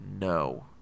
No